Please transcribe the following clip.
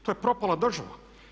To je propala država.